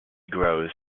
grows